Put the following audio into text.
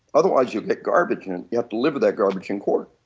otherwise you get garbage and and you have to live with that garbage in court.